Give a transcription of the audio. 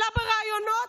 עולה לראיונות,